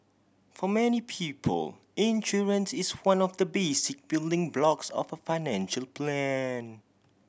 for many people insurance is one of the basic building blocks of a financial plan